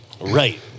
Right